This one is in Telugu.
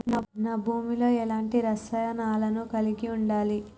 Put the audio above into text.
నా భూమి లో ఎలాంటి రసాయనాలను కలిగి ఉండాలి?